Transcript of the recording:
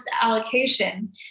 allocation